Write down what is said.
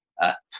up